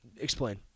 Explain